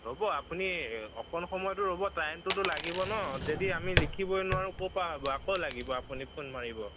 ৰ'ব আপুনি এই অকণ সময়তো ৰ'ব টাইমটোতো লাগিব ন যদি আমি লিখিবই নোৱাৰোঁ ক'ৰপৰা পাব আকৌ লাগিব আপুনি ফোন মাৰিব